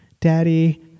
daddy